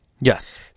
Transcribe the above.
Yes